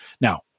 now